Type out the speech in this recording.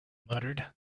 muttered